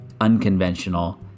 unconventional